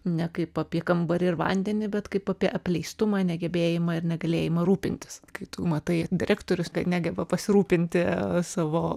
ne kaip apie kambarį ir vandenį bet kaip apie apleistumą negebėjimą ir negalėjimą rūpintis kai tu matai direktorius negeba pasirūpinti savo